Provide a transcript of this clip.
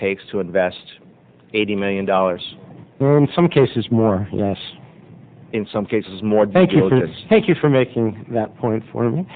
takes to invest eighty million dollars in some cases more or less in some cases more thank you thank you for making that point for them